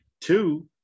Two